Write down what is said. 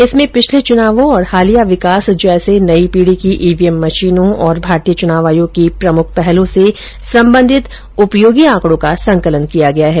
इसमें पिछले चुनावों और हालिया विँकास जैसे नयी पीढ़ी की ईवीएम मशीनों तथा भारतीय चुनाव आयोग की प्रमुख पहलों से संबंधित उपयोगी आंकड़ों का संकलन किया गया है